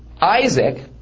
Isaac